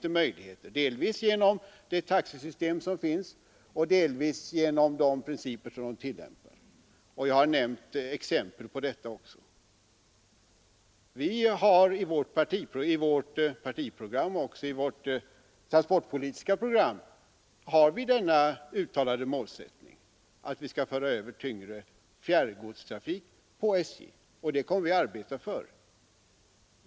Sådana möjligheter har SJ inte i dag, delvis på grund av det — taxesystem som finns, delvis på grund av tillämpningen av de nuvarande Den statliga trafikprinciperna — jag har tidigare nämnt exempel på detta. I vårt transportpolitiken, m.m. politiska program har vi den uttalade målsättningen att föra över tyngre fjärrgodstrafik på SJ. Det kommer vi att arbeta för.